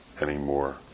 anymore